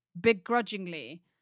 Begrudgingly